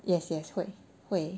yes yes 会会